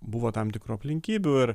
buvo tam tikrų aplinkybių ir